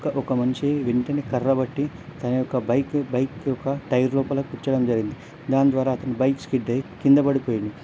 ఒక ఒక మనిషి వెంటనే కర్రబట్టి తన యొక్క బైక్ బైక్కి ఒక టైర్ లోపల కుచ్చడం జరిగింది దాని ద్వారా అతను బైక్ స్కిడ్ అయి కింద పడిపోయిండు